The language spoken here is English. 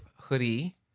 hoodie